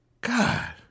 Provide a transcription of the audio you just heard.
God